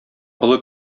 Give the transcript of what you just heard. олы